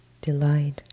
delight